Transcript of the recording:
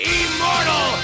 immortal